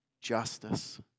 justice